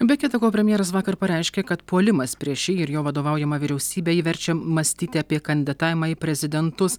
be kita ko premjeras vakar pareiškė kad puolimas prieš jį ir jo vadovaujamą vyriausybę jį verčia mąstyti apie kandidatavimą į prezidentus